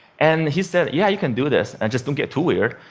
and he said, yeah, you can do this, and just don't get too weird.